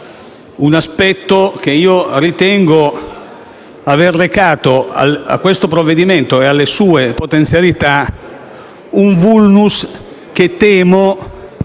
un aspetto che ritengo abbia recato al provvedimento e alle sue potenzialità un *vulnus* che temo